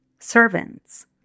Servants